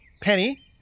Penny